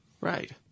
Right